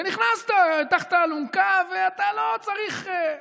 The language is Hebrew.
ונכנסת תחת האלונקה ואתה לא צריך,